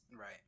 Right